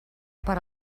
per